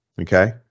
okay